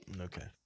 Okay